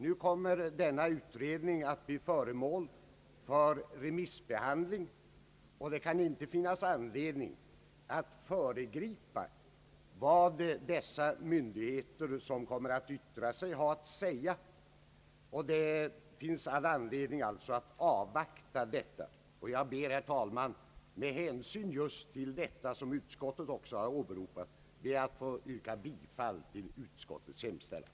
Nu kommer denna utredning att bli föremål för remissbehandling, och det kan inte finnas anledning att föregripa vad de myndigheter, som kommer att ytira sig, har att säga. Det finns alltså all anledning att avvakta. Herr talman! Med hänsyn till vad jag nu sagt och vad utskottet också åberopat ber jag att få yrka bifall till utskottets hemställan.